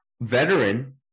veteran